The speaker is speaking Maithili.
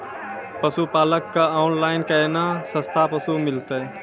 पशुपालक कऽ ऑनलाइन केना सस्ता पसु मिलतै?